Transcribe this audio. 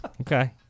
Okay